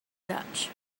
dutch